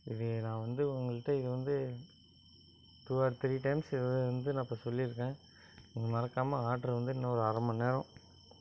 இது நான் வந்து உங்கள்கிட்ட இது வந்து டூ ஆர் த்ரீ டைம்ஸ் ஏதோ வந்து நான் இப்போ சொல்லியிருக்கேன் மறக்காமல் ஆர்டர் வந்து இன்னோரு அரை மணி நேரம்